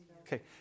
Okay